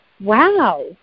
wow